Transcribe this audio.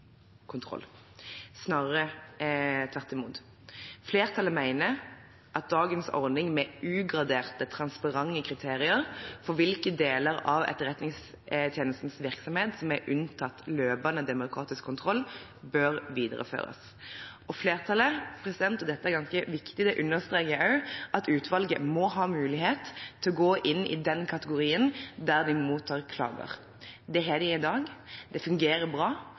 kontroll – snarere tvert imot. Flertallet mener at dagens ordning med ugraderte transparente kriterier for hvilke deler av Etterretningstjenestens virksomhet som er unntatt løpende demokratisk kontroll, bør videreføres. Flertallet – og dette er ganske viktig – understreker også at utvalget må ha mulighet til å gå inn i saker i denne kategorien der de mottar klager. Det har de i dag, det fungerer bra,